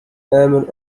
آمل